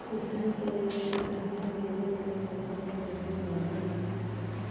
धान के अनाज के कहवा बेचल जा सकता जहाँ ज्यादा लाभ हो सके?